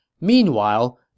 Meanwhile